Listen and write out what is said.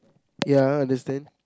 ya understand